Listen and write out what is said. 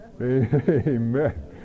amen